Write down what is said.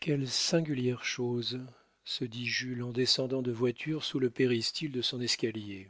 quelle singulière chose se dit jules en descendant de voiture sous le péristyle de son escalier